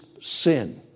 sin